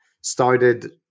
started